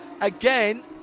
again